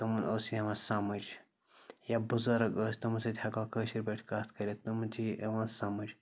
تِمَن اوس یِوان سَمٕج یا بُزرٕگ ٲسۍ تِمو سۭتۍ ہٮ۪کہو کٲشِرۍ پٲٹھۍ کَتھ کٔرِتھ تِمَن چھی یِوان سَمٕج